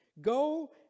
Go